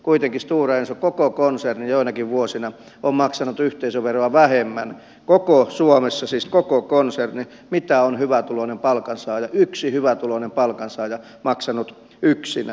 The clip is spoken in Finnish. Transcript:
kuitenkin stora enson koko konserni joinakin vuosina on maksanut yhteisöveroa vähemmän koko suomessa siis koko konserni kuin on hyvätuloinen palkansaaja yksi hyvätuloinen palkansaaja maksanut yksinään